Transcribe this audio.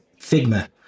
Figma